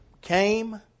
came